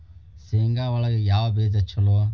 ಶೇಂಗಾ ಒಳಗ ಯಾವ ಬೇಜ ಛಲೋ?